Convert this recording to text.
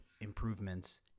improvements